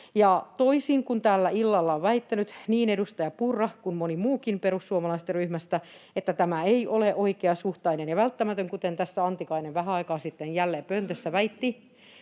toisin kuin täällä illalla ovat väittäneet niin edustaja Purra kuin moni muukin perussuomalaisten ryhmästä, että tämä ei olisi oikeasuhteinen ja välttämätön, kuten tässä Antikainen vähän aikaa sitten jälleen pöntössä väitti,